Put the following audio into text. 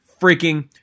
freaking